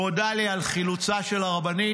הוא הודה לי על חילוצה של הרבנית